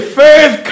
faith